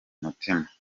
mutima